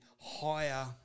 higher